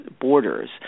borders